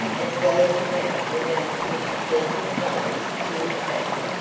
as goes about without a bit of decent clothes to his back.